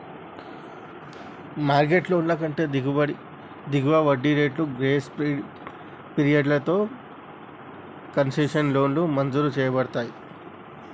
market లోన్ల కంటే దిగువ వడ్డీ రేట్లు, గ్రేస్ పీరియడ్లతో కన్సెషనల్ లోన్లు మంజూరు చేయబడతయ్